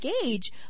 engage